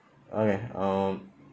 okay um